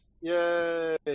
Yay